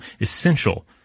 essential